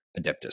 Adeptus